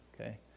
okay